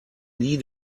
nie